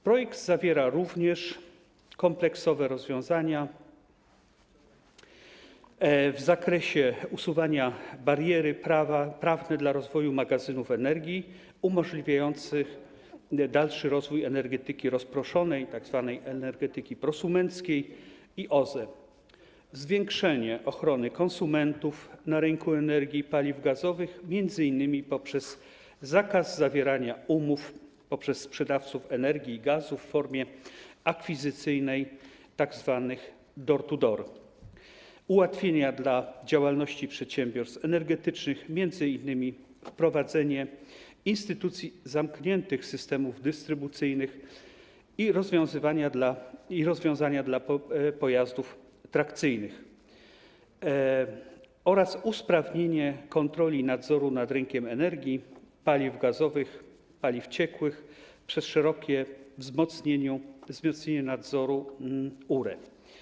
Projekt zawiera również kompleksowe rozwiązania w zakresie usuwania bariery prawnej dla rozwoju magazynów energii umożliwiające dalszy rozwój energetyki rozproszonej, tzw. energetyki prosumenkiej, i OZE, zwiększenia ochrony konsumentów na rynku energii i paliw gazowych m.in. przez zakaz zawierania umów za pośrednictwem sprzedawców energii i gazów w formie akwizycyjnej, tzw. door-to-door, ułatwień dla działalności przedsiębiorstw energetycznych, m.in. wprowadzenia instytucji zamkniętych systemów dystrybucyjnych i rozwiązań dla pojazdów trakcyjnych, oraz usprawnienia kontroli nadzoru nad rynkiem energii, paliw gazowych, paliw ciekłych przez szerokie wzmocnienie nadzoru URE.